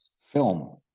film